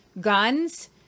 guns